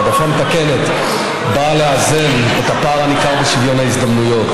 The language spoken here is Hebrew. העדפה מתקנת באה לאזן את הפער הניכר בשוויון ההזדמנויות.